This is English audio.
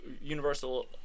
universal